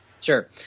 Sure